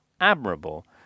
admirable